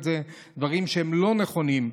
דברים שהם לא נכונים.